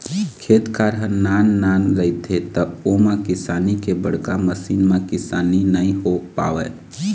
खेत खार ह नान नान रहिथे त ओमा किसानी के बड़का मसीन म किसानी नइ हो पावय